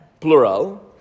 plural